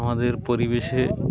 আমাদের পরিবেশে